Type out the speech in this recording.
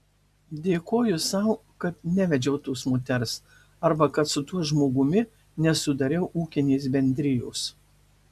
dėkoju sau kad nevedžiau tos moters arba kad su tuo žmogumi nesudariau ūkinės bendrijos